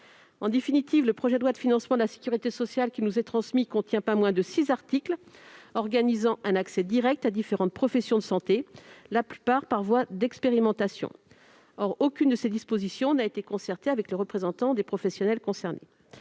additionnels. Le projet de loi de financement de la sécurité sociale qui nous est transmis contient pas moins de six articles organisant un accès direct à différentes professions de santé, la plupart par voie d'expérimentation. Or aucune de ces dispositions n'a fait l'objet d'une concertation avec les représentants des professionnels concernés.